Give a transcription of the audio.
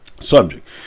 subject